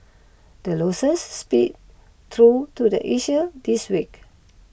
the losses seeped through to the Asia this week